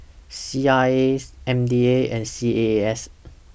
C R A M D A and C A A S